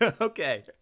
Okay